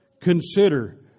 Consider